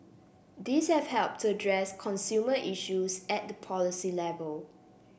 these have helped to address consumer issues at the policy level